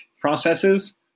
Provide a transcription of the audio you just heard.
processes